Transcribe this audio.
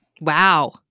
Wow